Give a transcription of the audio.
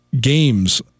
games